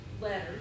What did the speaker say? letters